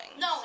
No